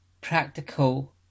practical